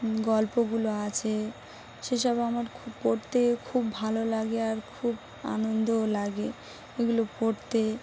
গল্পগুলো আছে সেসব আমার খুব পড়তে খুব ভালো লাগে আর খুব আনন্দও লাগে এগুলো পড়তে